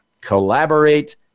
Collaborate